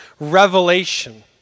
revelation